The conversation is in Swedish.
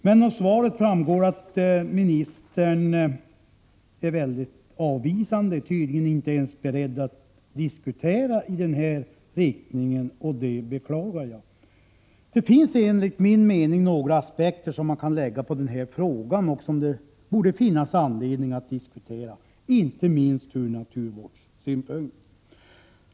Men av svaret framgår att ministern är mycket avvisande, tydligen inte ens beredd att diskutera i denna riktning, vilket jag beklagar. Enligt min mening finns det några aspekter man kan lägga på denna fråga och som det borde finnas anledning att diskutera, inte minst från naturvårdssynpunkt.